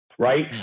Right